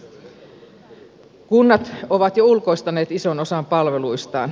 kunnat ovat jo ulkoistaneet ison osan palveluistaan